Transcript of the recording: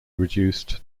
reduced